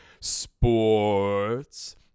sports